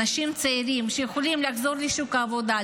אנשים צעירים שיכולים לחזור לשוק העבודה,